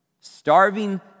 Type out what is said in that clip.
Starving